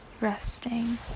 resting